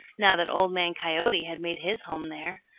now that old man coyote had made his home there.